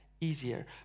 easier